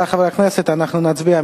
אנחנו נצביע.